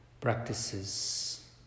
practices